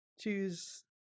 Choose